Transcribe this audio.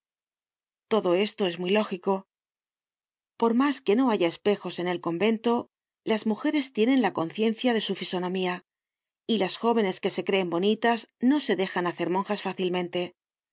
todo estoes muy lógico por mas que no haya espejos en el convento las mujeres tienen la conciencia de su fisonomía y las jóvenes que se creen bonitas no se dejan hacer monjas fácilmente